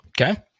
Okay